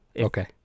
Okay